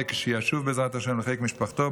כשישוב בעזרת השם לחיק משפחתו,